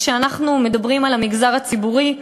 וכשאנחנו מדברים על המגזר הציבורי,